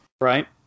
Right